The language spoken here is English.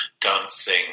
dancing